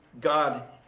God